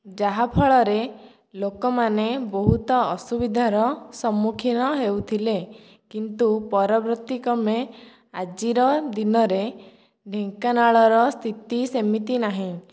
ଯାହା ଫଳରେ ଲୋକମାନେ ବହୁତ ଅସୁବିଧାର ସମ୍ମୁଖୀନ ହେଉଥିଲେ କିନ୍ତୁ ପରବର୍ତ୍ତୀ କ୍ରମେ ଆଜିର ଦିନରେ ଢେଙ୍କାନାଳର ସ୍ଥିତି ସେମିତି ନାହିଁ